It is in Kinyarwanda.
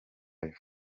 live